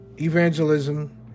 evangelism